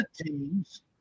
teams